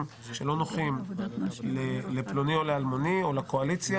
שלא נוחים לפלוני או לאלמוני או לקואליציה,